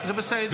זה בסדר.